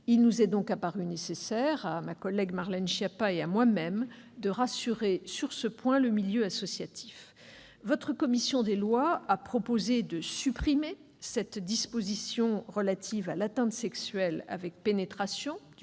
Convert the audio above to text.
Il nous est donc apparu nécessaire, à ma collègue Marlène Schiappa et à moi-même, de rassurer sur ce point le milieu associatif. Votre commission des lois a proposé de supprimer cette disposition relative à l'atteinte sexuelle avec pénétration